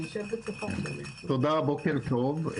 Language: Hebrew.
תודה, בוקר טוב.